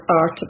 art